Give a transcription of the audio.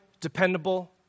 Dependable